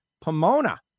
Pomona